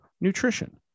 nutrition